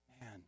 Man